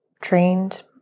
trained